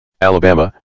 Alabama